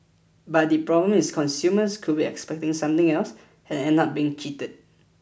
but the problem is consumers could be expecting something else and end up being cheated